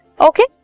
Okay